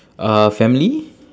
uh family